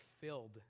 filled